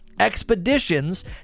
Expeditions